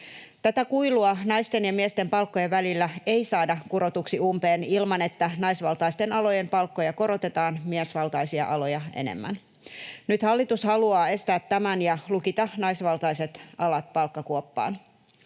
Tätä kuilua naisten ja miesten palkkojen välillä ei saada kurotuksi umpeen ilman, että naisvaltaisten alojen palkkoja korotetaan miesvaltaisia aloja enemmän. Nyt hallitus haluaa estää tämän ja lukita naisvaltaiset alat palkkakuoppaan.